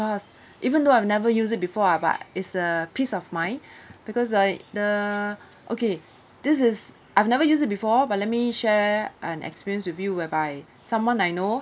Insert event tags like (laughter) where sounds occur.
cause even though I've never used it before ah but is a piece of mind (breath) because like the okay this is I've never use it before but let me share an experience with you whereby someone I know